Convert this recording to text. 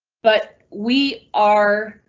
but we are.